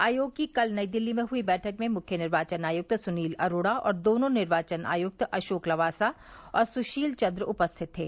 आयोग की कल नई दिल्ली में हुई बैठक में मुख्य निर्वाचन आयुक्त सुनील अरोड़ा और दोनों निर्वाचन आयुक्त अशोक लवासा और सुशील चन्द्र उपस्थित थे